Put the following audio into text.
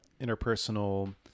interpersonal